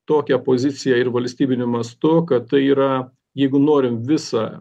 tokią poziciją ir valstybiniu mastu kad tai yra jeigu norim visą